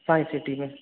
Sai City में